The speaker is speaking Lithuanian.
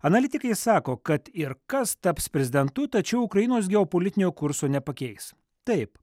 analitikai sako kad ir kas taps prezidentu tačiau ukrainos geopolitinio kurso nepakeis taip